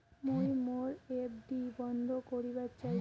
মুই মোর এফ.ডি বন্ধ করিবার চাই